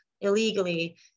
illegally